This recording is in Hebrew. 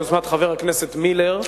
ביוזמת חבר הכנסת מילר,